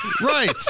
Right